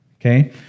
okay